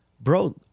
bro